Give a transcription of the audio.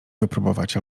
wypróbować